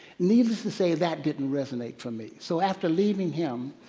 needless to say, that didn't resonate for me. so after leaving him,